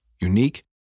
unique